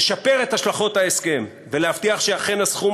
לשפר את השלכות ההסכם ולהבטיח שהסכום